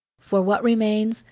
for what remains,